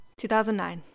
2009